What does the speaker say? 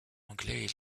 anglais